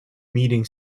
meeting